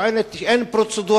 כי היא טוענת שעדיין אין פרוצדורה.